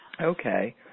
Okay